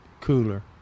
Cooler